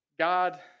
God